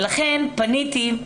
לכן לנושא הזה,